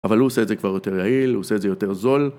אבל הוא עושה את זה כבר יותר יעיל, הוא עושה את זה יותר זול